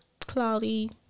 cloudy